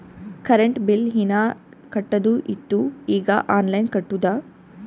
current bill ಹೀನಾ ಕಟ್ಟದು ಇತ್ತು ಈಗ ಆನ್ಲೈನ್ಲೆ ಕಟ್ಟುದ